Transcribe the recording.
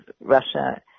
Russia